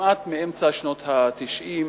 כמעט מאמצע שנות ה-90,